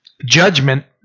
judgment